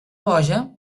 boja